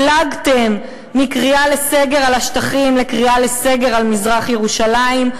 דילגתם מקריאה לסגר על השטחים לקריאה לסגר על מזרח-ירושלים,